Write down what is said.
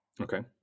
Okay